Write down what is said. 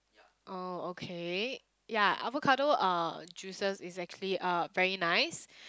oh okay yeah avocado uh juices is actually uh very nice